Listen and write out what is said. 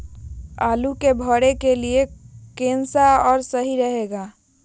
आलू के भरे के लिए केन सा और सही रहेगा?